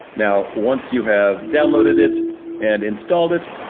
now, once you have downloaded it and installed it,